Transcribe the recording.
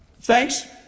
thanks